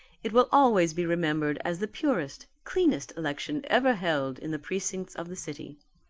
it will always be remembered as the purest, cleanest election ever held in the precincts of the city.